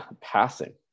passing